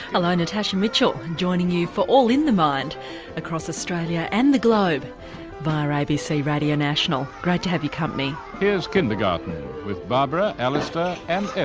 hello, natasha mitchell joining you for all in the mind across australia and the globe via abc radio national, great to have your company. here's kindergarten with barbara, alistair and yeah